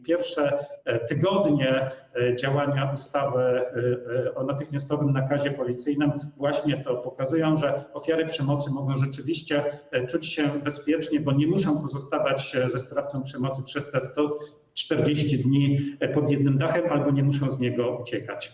Pierwsze tygodnie działania ustawy o natychmiastowym nakazie policyjnym właśnie to pokazują, że ofiary przemocy mogą rzeczywiście czuć się bezpiecznie, bo nie muszą pozostawać ze sprawcą przemocy przez 140 dni pod jednym dachem albo nie muszą uciekać z domu.